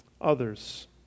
others